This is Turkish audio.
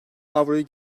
avroyu